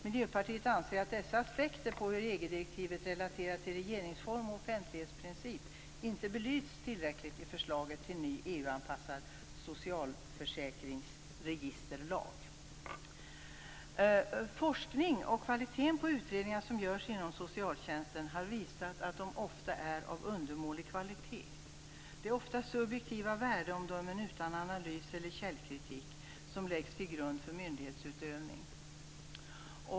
Miljöpartiet anser att dessa aspekter på hur EG direktivet relaterat till regeringsform och offentlighetsprincip inte belysts tillräckligt i förslaget till ny Forskning om kvaliteten på utredningar som görs inom socialtjänsten har visat att de ofta är av undermålig kvalitet. Det är ofta subjektiva värdeomdömen utan analys eller källkritik som läggs till grund för myndighetsutövning.